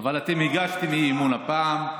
אבל אתם הגשתם אי-אמון הפעם.